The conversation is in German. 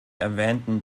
erwähnten